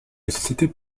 nécessité